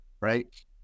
right